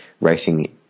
racing